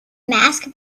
mask